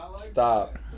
Stop